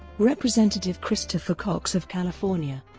representative christopher cox of california,